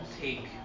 take